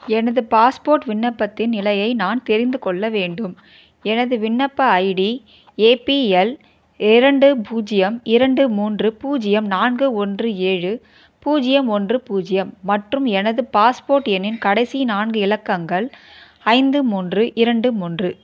எனது பாஸ்போர்ட் விண்ணப்பத்தின் நிலையை நான் தெரிந்து கொள்ள வேண்டும் எனது விண்ணப்ப ஐடி ஏபிஎல் இரண்டு பூஜ்ஜியம் இரண்டு மூன்று பூஜ்ஜியம் நான்கு ஒன்று ஏழு பூஜ்ஜியம் ஒன்று பூஜ்ஜியம் மற்றும் எனது பாஸ்போர்ட் எண்ணின் கடைசி நான்கு இலக்கங்கள் ஐந்து மூன்று இரண்டு மூன்று